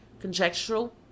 conjectural